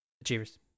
Achievers